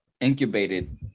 incubated